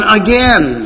again